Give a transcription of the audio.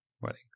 wedding